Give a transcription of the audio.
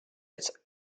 its